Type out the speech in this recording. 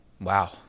Wow